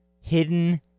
hidden